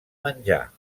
menjar